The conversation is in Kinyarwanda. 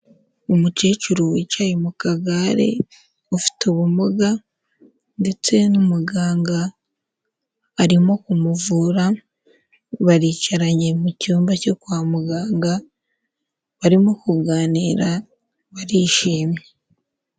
Umukecuru wicaye mu kagare, ufite ubumuga ndetse n'umuganga arimo kumuvura, baricaranye mu cyumba cyo kwa muganga, barimo kuganira, barishimye.